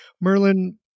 Merlin